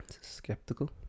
skeptical